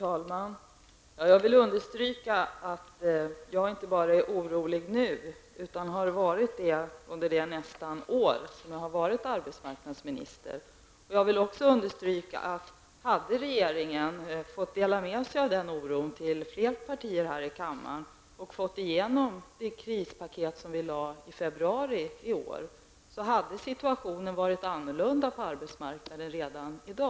Herr talman! Jag vill understryka att jag inte bara är orolig nu utan har varit det under det nästan år jag har varit arbetsmarknadsminister. Jag vill också understryka att hade regeringen fått dela med sig denna oro till fler partier här i kammaren och fått igenom det krispaket som presenterades i februari i år, hade situationen varit annorlunda på arbetsmarknaden redan i dag.